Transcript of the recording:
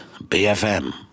BFM